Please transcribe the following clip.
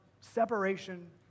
separation